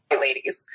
ladies